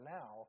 now